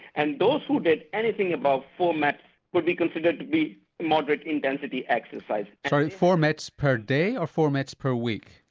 and those who did anything above four mets would be considered to be doing moderate intensity exercise. sorry four mets per day, or four mets per week?